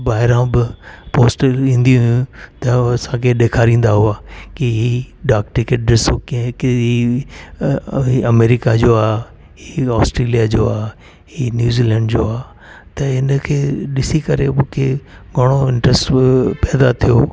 ॿाहिरां ब पोस्टल ईंदी हुयूं त असांखे ॾेखारिंदा हुआ की हीअ डाक टिकेट ॾिसो कंहिं कहिड़ी हुई अमैरिका जो आहे हीअ ऑस्ट्रेलिया जो आहे हीअ न्यूज़ीलैंड जो आहे त हिन खे ॾिसी करे मूंखे घणो इंट्रस्ट हुओ पैदा थियो